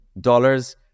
dollars